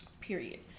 period